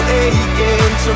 aching